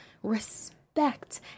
respect